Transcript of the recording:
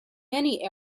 many